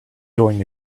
going